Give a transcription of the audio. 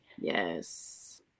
yes